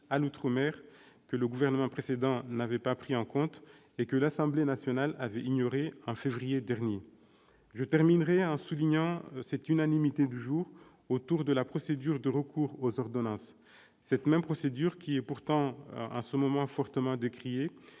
à l'outre-mer que le précédent gouvernement n'avait pas prises en compte et que l'Assemblée nationale avait ignorées en février dernier. Je terminerai en soulignant l'unanimité du jour autour de la procédure de recours aux ordonnances, cette même procédure qui est pourtant fortement décriée